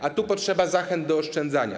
A tu potrzeba zachęt do oszczędzania.